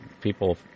people